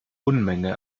unmenge